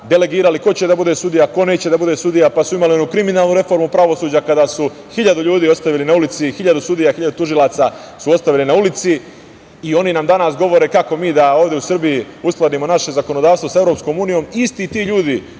delegirali ko će da bude sudije, ko neće da bude sudija, pa su imali onu kriminalu reformu pravosuđa kada su hiljadu ljudi ostavili na ulici, hiljadu sudija, hiljadu tužilaca su ostavili na ulici. Oni nam danas govore kako mi da ovde u Srbiji uskladimo naše zakonodavstvo sa EU, isti ti ljudi